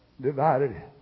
divided